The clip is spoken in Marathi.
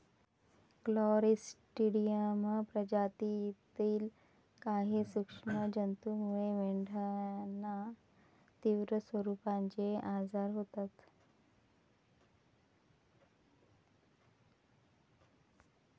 क्लॉस्ट्रिडियम प्रजातीतील काही सूक्ष्म जंतूमुळे मेंढ्यांना तीव्र स्वरूपाचे आजार होतात